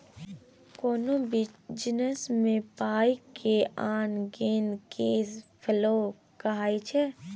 कोनो बिजनेस मे पाइ के आन गेन केस फ्लो कहाइ छै